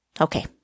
Okay